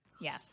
yes